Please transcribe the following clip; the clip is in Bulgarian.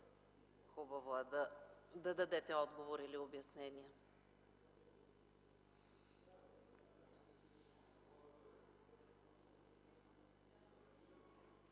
Хубаво е да дадете отговор или обяснение.